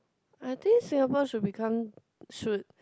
I think Singapore should become should